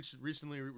recently